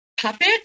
puppet